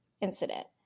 incident